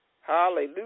Hallelujah